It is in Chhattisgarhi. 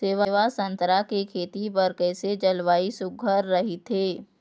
सेवा संतरा के खेती बर कइसे जलवायु सुघ्घर राईथे?